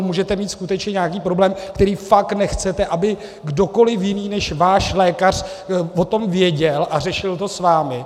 Můžete mít skutečně nějaký problém, který fakt nechcete, aby kdokoliv jiný než váš lékař o tom věděl a řešil to s vámi.